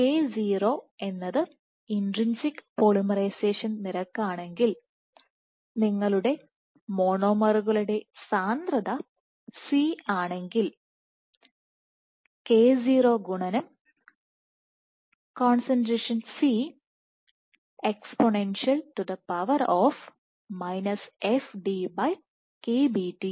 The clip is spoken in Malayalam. k0 എന്നത് ഇൻട്രിൻസിക് പോളിമറൈസേഷൻ നിരക്കാണെങ്കിൽ നിങ്ങളുടെ മോണോമറുകളുടെ സാന്ദ്രത C ആണെങ്കിൽ k0Ce fdKBT എന്നതാണ് kon